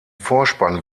vorspann